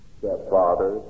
stepfather